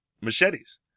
machetes